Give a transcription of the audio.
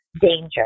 danger